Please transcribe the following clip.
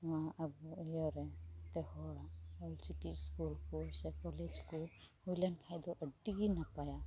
ᱱᱚᱣᱟ ᱟᱵᱚ ᱤᱭᱟᱹᱨᱮ ᱮᱱᱛᱮᱫ ᱦᱚᱲ ᱚᱞᱪᱤᱠᱤ ᱥᱠᱩᱞ ᱠᱚ ᱥᱮ ᱠᱚᱞᱮᱡᱽ ᱠᱚ ᱦᱩᱭᱞᱮᱱ ᱠᱷᱟᱱᱫᱚ ᱟᱹᱰᱤᱜᱤ ᱱᱟᱯᱟᱭᱟ